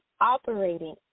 Operating